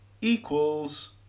equals